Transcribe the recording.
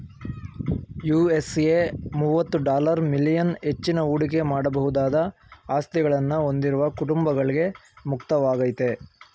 USA ಮುವತ್ತು dollar million ಹೆಚ್ಚಿನ ಹೂಡಿಕೆ ಮಾಡಬಹುದಾದ ಆಸ್ತಿಗಳನ್ನ ಹೊಂದಿರುವ ಕುಟುಂಬಗಳ್ಗೆ ಮುಕ್ತವಾಗೈತೆ